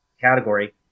category